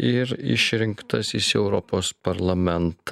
ir išrinktas jis į europos parlamentą